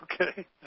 Okay